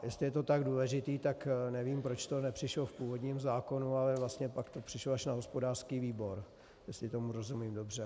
Jestli je to tak důležité, tak nevím, proč to nepřišlo v původním zákonu, ale vlastně pak to přišlo až na hospodářský výbor, jestli tomu rozumím dobře.